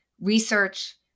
research